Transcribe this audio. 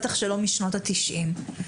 בטח שלא משנות ה-90,